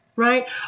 right